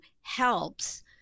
helps